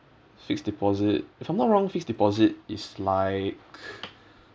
fixed deposit if I'm not wrong fixed deposit is like